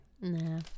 Nah